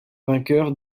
vainqueur